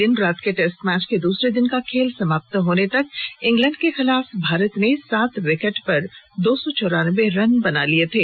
अहमदाबाद में खेले जा रहे दिन रात के टेस्ट मैच के दूसरे दिन का खेल समाप्त होने तक इंग्लैंड के खिलाफ भारत ने सात विकेट पर दो सौ चौरान्वे रन बना लिए थे